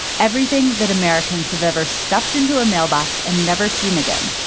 everything that americans have ever stuffed into a mailbox and never seen again,